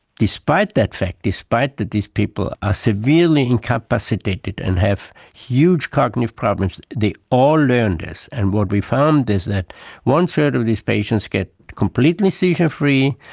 despite that fact, despite that these people are severely incapacitated and have huge cognitive problems, they all learn this. and what we found is that one-third of these patients get completely seizure free,